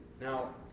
Now